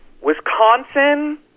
Wisconsin